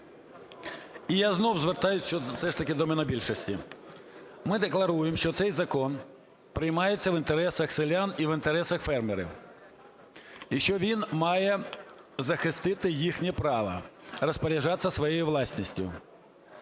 І я знову звертаюсь все ж таки до монобільшості. Ми декларуємо, що цей закон приймається в інтересах селян і в інтересах фермерів, і що він має захистити їхнє право розпоряджатися своєю власністю.